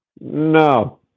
no